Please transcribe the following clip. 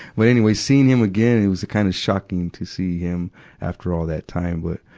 but anyway, seeing him again, it was kind of shocking to see him after all that time. but,